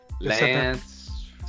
Lance